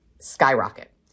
skyrocket